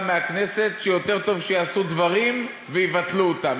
מהכנסת הוא שיותר טוב שיעשו דברים ויבטלו אותם,